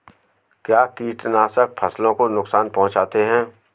क्या कीटनाशक फसलों को नुकसान पहुँचाते हैं?